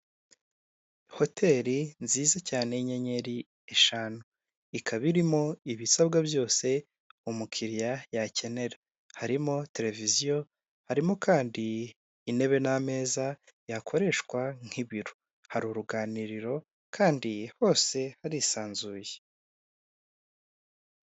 Hoteli nziza cyane y'inyenyeri eshanu, ikaba irimo ibisabwa byose umukiriya yakenera, harimo televiziyo harimo kandi intebe n'ameza yakoreshwa nk'ibiro, hari uruganiriro kandi hose harisanzuye.